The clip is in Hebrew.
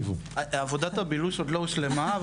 עבודת הבילוש עוד לא הושלמה,